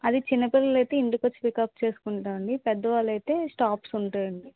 అది చిన్నపిల్లలైతే ఇంటికొచ్చి పిక్ అప్ చేసుకుంటాం అండి పెద్ద వాళ్ళైతే స్టాప్స్ ఉంటాయి అండి